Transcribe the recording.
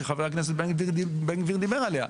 שחבר הכנסת בן גביר דיבר עליה,